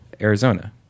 Arizona